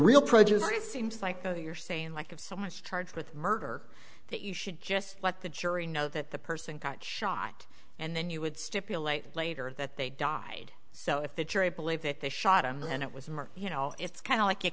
real prejudice seems like you're saying like of so much charged with murder that you should just let the jury know that the person got shot and then you would stipulate later that they died so if the jury believe that they shot him and it was them or you know it's kind of like you